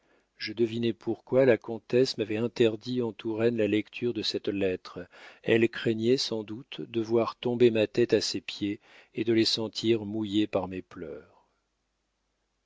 je devinai pourquoi la comtesse m'avait interdit en touraine la lecture de cette lettre elle craignait sans doute de voir tomber ma tête à ses pieds et de les sentir mouillés par mes pleurs